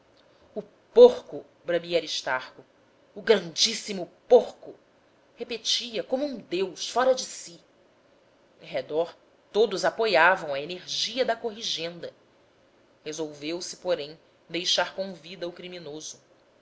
o porco bramia aristarco o grandíssimo porco repetia como um deus fora de si em redor todos apoiavam a energia da corrigenda resolveu-se porém deixar com vida o criminoso